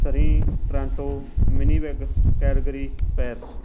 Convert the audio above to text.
Surrey Toronto Winnipeg Calgary Paris